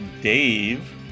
Dave